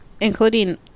Including